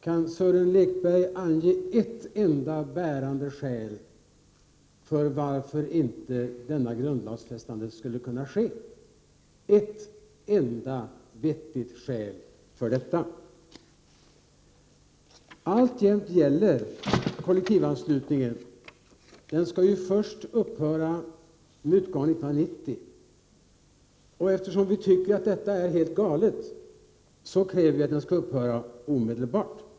Kan Sören Lekberg ange ett enda bärande skäl för att detta grundlagsfästande inte skulle kunna ske? Alltjämt gäller kollektivanslutningen — den skall upphöra först med utgången av 1990. Eftersom vi tycker att detta är helt galet, kräver vi att den skall upphöra omedelbart.